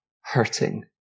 hurting